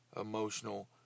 emotional